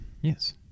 Yes